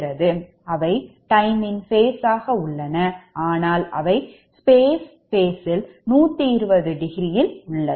அவை time in phase ஆக உள்ளன ஆனால் அவை space phase ல் 120∘ ல் உள்ளது